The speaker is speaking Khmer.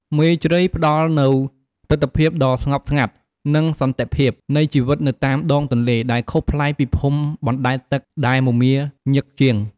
មេជ្រៃផ្តល់នូវទិដ្ឋភាពដ៏ស្ងប់ស្ងាត់ និងសន្តិភាពនៃជីវិតនៅតាមដងទន្លេ ដែលខុសប្លែកពីភូមិបណ្ដែតទឹកដែលមមាញឹកជាង។